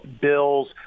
bills